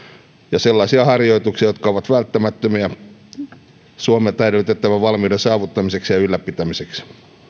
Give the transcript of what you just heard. ja sellaisia harjoituksia jotka ovat välttämättömiä suomelta edellytettävän valmiuden saavuttamiseksi ja ylläpitämiseksi